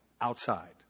outside